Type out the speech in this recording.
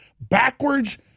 backwards